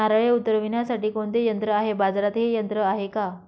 नारळे उतरविण्यासाठी कोणते यंत्र आहे? बाजारात हे यंत्र आहे का?